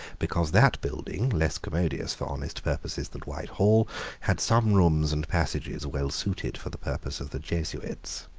because that building, less commodious for honest purposes than whitehall, had some rooms and passages well suited for the purpose of the jesuits.